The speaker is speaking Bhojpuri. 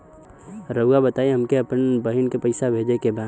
राउर बताई हमके अपने बहिन के पैसा भेजे के बा?